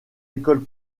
écoles